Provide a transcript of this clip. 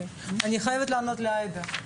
אני חייבת לענות לעאידה.